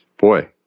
boy